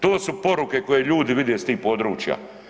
To su poruke koji ljudi vide iz tih područja.